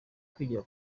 kwigira